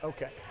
Okay